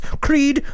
creed